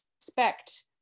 expect